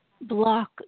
block